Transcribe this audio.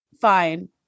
fine